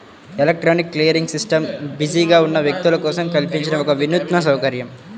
electronic clearing system బిజీగా ఉన్న వ్యక్తుల కోసం కల్పించిన ఒక వినూత్న సౌకర్యం